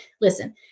Listen